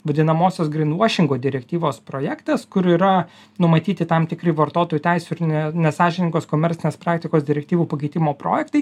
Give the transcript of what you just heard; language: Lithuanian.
vadinamosios gryn vuošingo direktyvos projektas kur yra numatyti tam tikri vartotojų teisių ir ne nesąžiningos komercinės praktikos direktyvų pakeitimo projektai